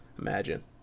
Imagine